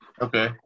Okay